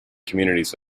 communities